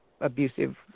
abusive